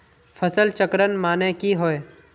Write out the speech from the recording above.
फसल चक्रण माने की होय?